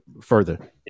further